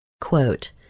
Quote